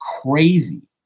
crazy